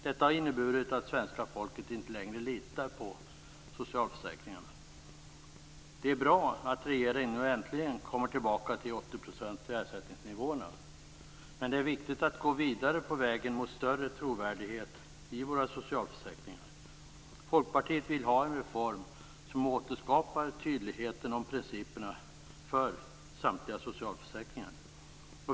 Detta har inneburit att svenska folket inte längre litar på socialförsäkringarna. Det är bra att regeringen nu äntligen kommer tillbaka till 80 % i ersättningsnivåerna. Men det är viktigt att gå vidare på vägen mot större trovärdighet i våra socialförsäkringar. Folkpartiet vill ha en reform som återskapar tydligheten om principerna för samtliga socialförsäkringar.